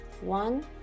one